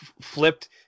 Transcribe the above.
flipped